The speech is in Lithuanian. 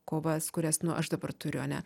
kovas kurias aš dabar turiu ane